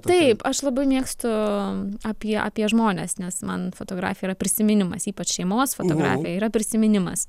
taip aš labai mėgstu apie apie žmones nes man fotografija yra prisiminimas ypač šeimos fotografija yra prisiminimas